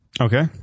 Okay